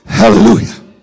hallelujah